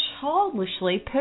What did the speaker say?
childishly